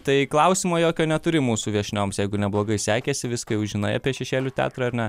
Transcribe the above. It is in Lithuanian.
tai klausimo jokio neturi mūsų viešnioms jeigu neblogai sekėsi viską jau žinai apie šešėlių teatrą ar ne